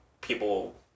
people